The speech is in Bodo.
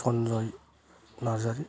सनजय नारजारि